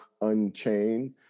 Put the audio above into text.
unchained